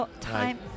Time